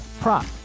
prop